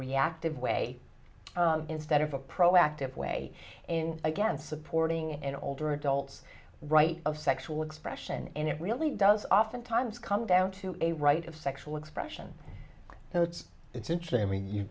reactive way instead of a proactive way and again supporting an older adults right of sexual expression and it really does oftentimes come down to a rite of sexual expression so it's it's interesting